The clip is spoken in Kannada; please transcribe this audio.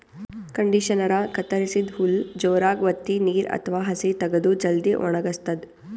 ಕಂಡಿಷನರಾ ಕತ್ತರಸಿದ್ದ್ ಹುಲ್ಲ್ ಜೋರಾಗ್ ವತ್ತಿ ನೀರ್ ಅಥವಾ ಹಸಿ ತಗದು ಜಲ್ದಿ ವಣಗಸ್ತದ್